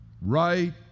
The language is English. Right